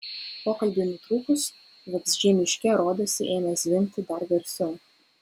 pokalbiui nutrūkus vabzdžiai miške rodėsi ėmė zvimbti dar garsiau